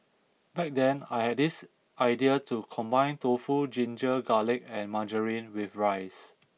back then I had this idea to combine tofu ginger garlic and margarine with rice